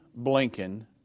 Blinken